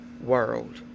world